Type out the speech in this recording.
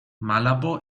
malabo